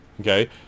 Okay